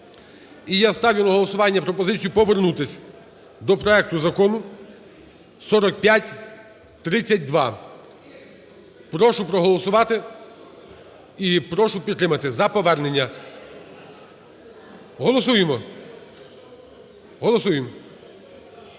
І я ставлю на голосування пропозицію повернутися до проекту Закону 4532. Прошу проголосувати і прошу підтримати за повернення. Голосуємо! Голосуємо!